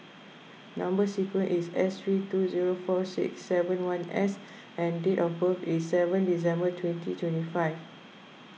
Number Sequence is S three two zero four six seven one S and date of birth is seven December twenty twenty five